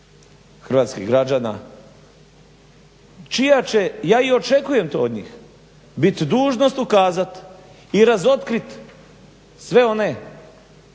hrvatskih građana, čija će ja i očekujem to od njih bit dužnost ukazat i razotkrit sve one